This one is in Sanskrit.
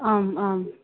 आम् आं